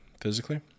physically